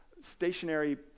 stationary